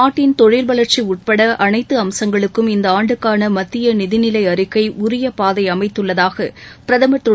நாட்டின் தொழில் வளர்ச்சி உட்பட அனைத்து அம்சங்களுக்கும் இந்த ஆண்டுக்கான மத்திய நிதிநிலை அறிக்கை உரிய பாதை அமைத்துள்ளதாக பிரதமர் திரு